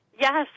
Yes